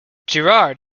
girard